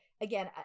again